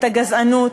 את הגזענות,